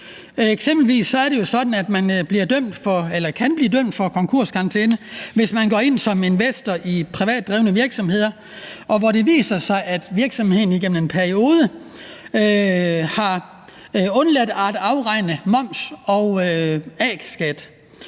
Eksempelvis er det jo sådan, at man kan blive dømt til konkurskarantæne, hvis man går ind som investor i privat drevne virksomheder, hvor det viser sig, at virksomheden igennem en periode har undladt at afregne moms og a-skat.